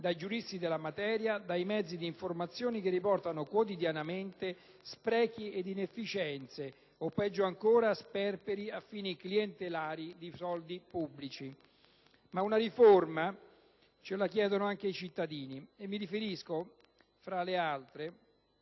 dai giuristi della materia e dai mezzi di informazione, che riportano quotidianamente sprechi ed inefficienze o, peggio ancora, sperperi a fini clientelari di soldi pubblici. Ma una riforma ce la chiedono anche i cittadini, e mi riferisco, tra le altre,